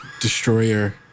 destroyer